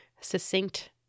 succinct